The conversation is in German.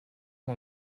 mal